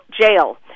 Jail